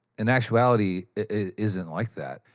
in actuality, it isn't like that.